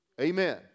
Amen